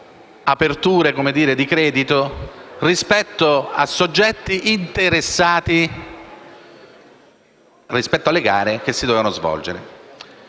aperture di credito rispetto a soggetti interessati alle gare che si dovevano svolgere.